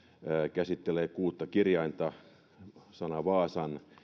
käsittelee kuutta kirjainta sanaa vaasan